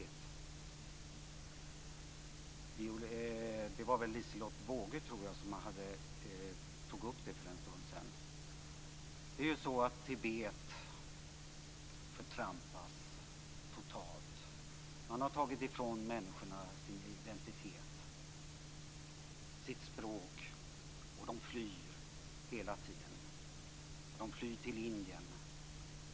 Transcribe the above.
Jag tror att det var Liselotte Wågö som tog upp detta för en stund sedan. Tibet förtrampas totalt. Man har tagit ifrån människorna deras identitet och språk. Människorna flyr till Indien.